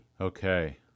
Okay